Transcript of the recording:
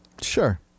Sure